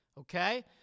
okay